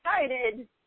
excited